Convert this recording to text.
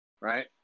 Right